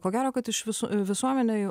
ko gero kad iš viso visuomenėj